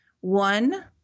one